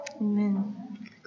Amen